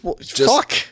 fuck